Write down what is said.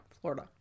Florida